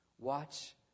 Watch